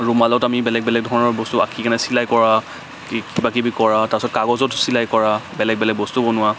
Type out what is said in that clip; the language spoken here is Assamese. ৰুমালত আমি বেলেগ বেলেগ বস্তু আঁকি কেনে চিলাই কৰা কিবা কিবি কৰা তাৰ পিছত কাগজত চিলাই কৰা বেলেগ বেলেগ বস্তু বনোৱা